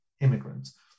immigrants